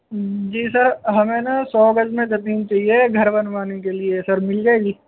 جی sir ہمیں نا سو گز میں زمین چاہیے گھر بنوانے کے لیے سر مل جائے گی